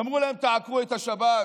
אמרו להם: תעקרו את השבת,